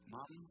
Mom